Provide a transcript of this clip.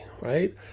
right